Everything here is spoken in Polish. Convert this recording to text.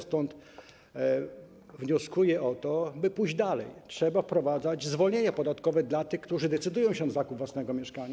Stąd wnioskuję o to, by pójść dalej: trzeba wprowadzać zwolnienie podatkowe dla tych, którzy decydują się na zakup własnego mieszkania.